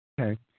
Okay